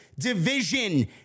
division